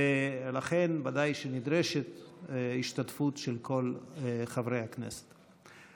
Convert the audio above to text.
ולכן ודאי שנדרשת השתתפות של כל חברי הכנסת.